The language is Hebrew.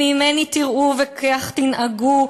אם ממני תראו וכך תנהגו,